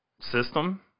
system